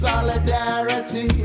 Solidarity